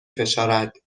فشارد